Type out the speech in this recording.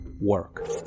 work